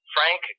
Frank